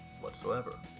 whatsoever